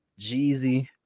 Jeezy